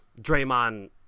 Draymond